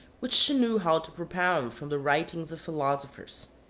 which she knew how to propound from the writings of philosophers.